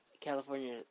California